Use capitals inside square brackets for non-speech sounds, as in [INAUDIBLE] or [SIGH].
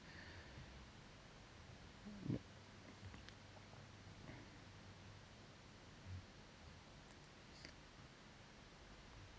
[NOISE]